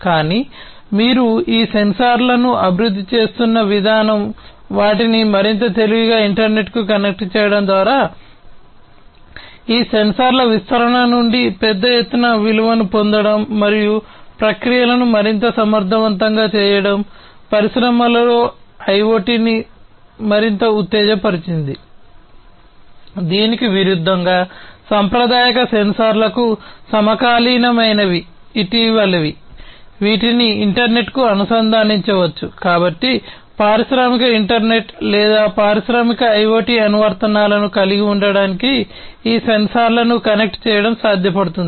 కానీ మీరు ఈ సెన్సార్లను అభివృద్ధి చేస్తున్న విధానం వాటిని మరింత తెలివిగా ఇంటర్నెట్కు కనెక్ట్ చేయడం ద్వారా ఈ సెన్సార్ల విస్తరణ నుండి పెద్ద ఎత్తున విలువను పొందడం మరియు ప్రక్రియలను మరింత సమర్థవంతంగా చేయడం పరిశ్రమలలో IIoT ను మరింత ఉత్తేజపరిచింది